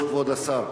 היושב-ראש, כבוד השר,